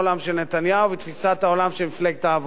נתניהו ותפיסת העולם של מפלגת העבודה.